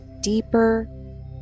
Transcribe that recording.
deeper